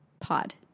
pod